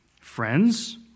friends